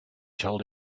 told